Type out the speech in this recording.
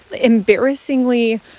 embarrassingly